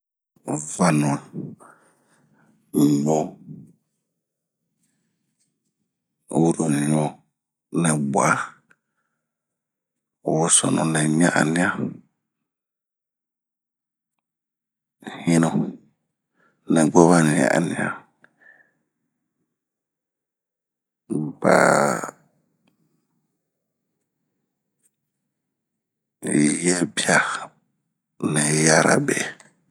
ŋanua, ɲu, wuroɲu nɛbwa, wosonunɛɲa-ania, hinunɛgwobani-ania ,baa, yebia nɛyarabe